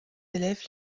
élèves